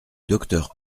docteur